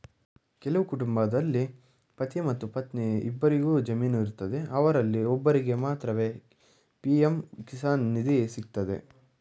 ಕೆಲವು ಕುಟುಂಬದಲ್ಲಿ ಪತಿ ಮತ್ತು ಪತ್ನಿ ಇಬ್ಬರಿಗು ಜಮೀನು ಇರ್ತದೆ ಅವರಲ್ಲಿ ಒಬ್ಬರಿಗೆ ಮಾತ್ರವೇ ಪಿ.ಎಂ ಕಿಸಾನ್ ನಿಧಿ ಸಿಗ್ತದೆ